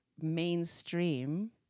mainstream